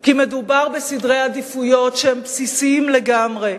כי מדובר בסדרי עדיפויות שהם בסיסיים לגמרי.